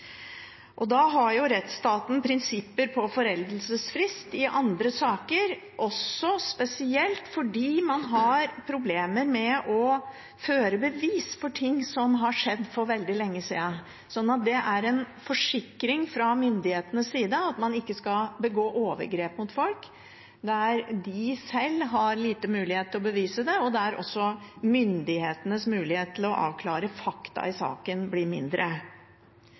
Da har rettsstaten prinsipper for foreldelsesfrist i andre saker, spesielt fordi man har problemer med å føre bevis for ting som har skjedd for veldig lenge siden. Så det er en forsikring fra myndighetenes side om at man ikke skal begå overgrep mot folk der de sjøl har liten mulighet til å bevise det, og der også myndighetenes mulighet til å avklare fakta i saken blir mindre.